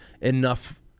enough